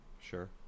Sure